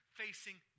facing